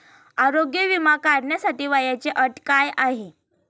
आरोग्य विमा काढण्यासाठी वयाची अट काय आहे?